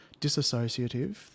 disassociative